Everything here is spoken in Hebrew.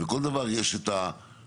לכל דבר יש את הפיקים.